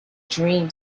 dream